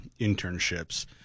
internships